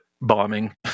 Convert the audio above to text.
bombing